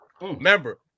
Remember